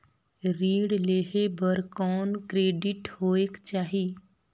ऋण लेहे बर कौन क्रेडिट होयक चाही?